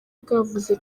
bwavuze